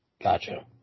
Gotcha